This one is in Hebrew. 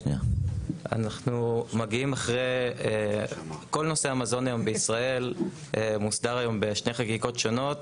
כל נושא המזון בישראל מוסדר היום בשתי חקיקות שונות.